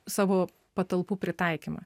savo patalpų pritaikymą